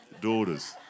daughters